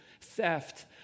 theft